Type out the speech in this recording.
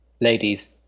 ladies